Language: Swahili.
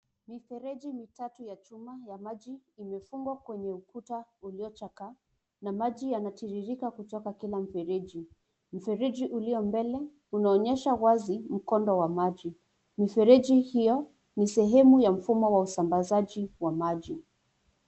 Mifereji mitatu ya chuma ya maji imefungwa kwenye ukuta uliochakaa na maji yanatirirka kutoka kila mfereji, mfereji ulio mbele unaonyesha wazi mkondo wa maji, mfereji hio ni sehemu ya mfumo wa usambasaji wa maji.